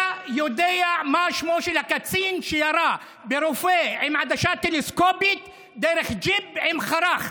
אתה יודע מה שמו של הקצין שירה ברובה עם עדשה טלסקופית דרך ג'יפ עם חרך.